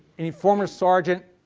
any former sergeant,